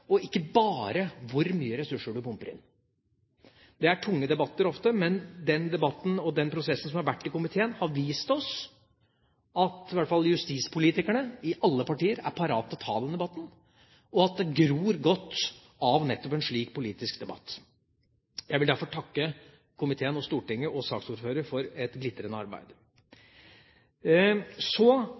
og bruker ressursene, og ikke bare hvor mye ressurser man pumper inn. Det er ofte tunge debatter, men den debatten og prosessen som har vært i komiteen, har vist oss at i hvert fall justispolitikerne i alle partier er parat til å ta den debatten, og at det gror godt av nettopp en slik politisk debatt. Jeg vil derfor takke komiteen, Stortinget og saksordføreren for et glitrende arbeid. Så